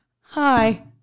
Hi